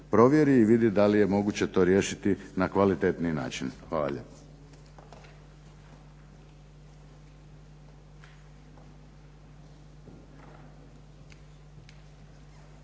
provjeri i vidi da li je moguće to riješit na kvalitetniji način. Hvala